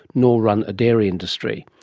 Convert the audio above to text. nor run a dairy industry.